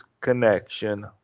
connection